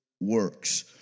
works